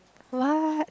what